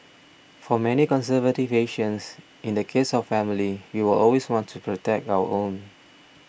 for many conservative Asians in the case of family we will always want to protect our own